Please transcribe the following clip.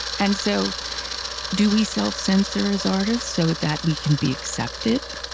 and so do we self-censor as artists so that we can be accepted?